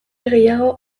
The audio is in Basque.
gehiago